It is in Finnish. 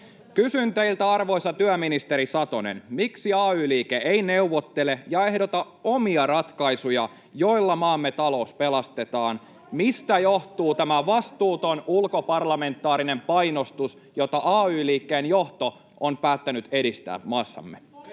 Kysyn teiltä, arvoisa työministeri Satonen: Miksi ay-liike ei neuvottele ja ehdota omia ratkaisuja, joilla maamme talous pelastetaan? [Krista Kiurun välihuuto] Mistä johtuu tämä vastuuton ulkoparlamentaarinen painostus, jota ay-liikkeen johto on päättänyt edistää maassamme?